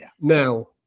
Now